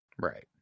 right